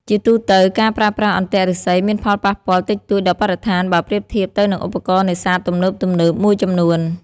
ជាទូទៅ ការប្រើប្រាស់អន្ទាក់ឫស្សីមានផលប៉ះពាល់តិចតួចដល់បរិស្ថានបើប្រៀបធៀបទៅនឹងឧបករណ៍នេសាទទំនើបៗមួយចំនួន។